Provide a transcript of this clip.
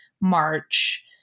March